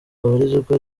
babarizwa